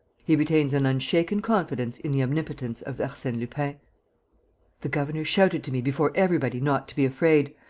he retains an unshaken confidence in the omnipotence of arsene lupin the governor shouted to me before everybody not to be afraid,